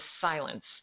silence